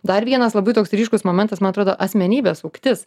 dar vienas labai toks ryškus momentas man atrodo asmenybės augtis